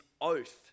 oath